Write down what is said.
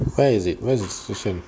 where is it where is the description